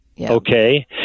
Okay